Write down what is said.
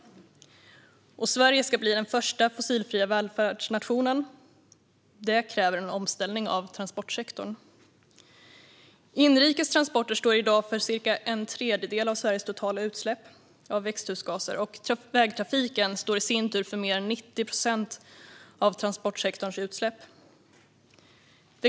Sverige ska bli den första fossilfria välfärdsnationen, vilket kräver en omställning av transportsektorn. Inrikes transporter står i dag för ca en tredjedel av Sveriges totala utsläpp av växthusgaser, och vägtrafiken står i sin tur för mer än 90 procent av transportsektorns utsläpp.